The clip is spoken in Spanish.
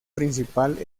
principal